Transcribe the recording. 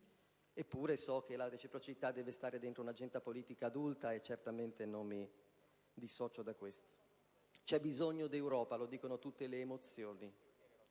Eppure, so che la reciprocità deve essere presente in un'agenda politica adulta, e certamente non mi dissocio da tale necessità. C'è bisogno di Europa, lo dicono tutte le mozioni.